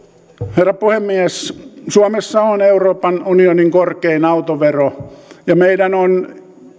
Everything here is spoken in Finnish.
herra puhemies suomessa on euroopan unionin korkein autovero ja meidän on